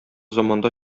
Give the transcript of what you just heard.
заманда